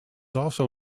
also